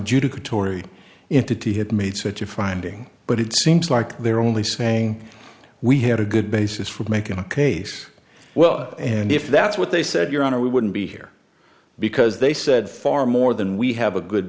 adjudicatory into two had made such a finding but it seems like they're only saying we had a good basis for making the case well and if that's what they said your honor we wouldn't be here because they said far more than we have a good